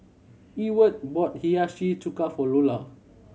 Ewart bought Hiyashi Chuka for Lola